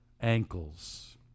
ankles